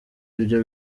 ibyo